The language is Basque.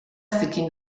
zikin